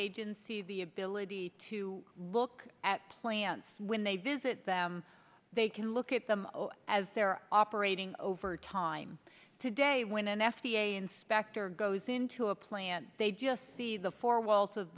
agency the ability to look at plants when they visit them they can look at them as they're operating over time today when an f d a inspector goes into a plant they just see the four wall